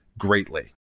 Greatly